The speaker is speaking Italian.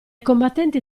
combattenti